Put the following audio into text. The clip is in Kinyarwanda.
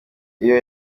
iyo